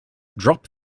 drop